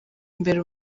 mbere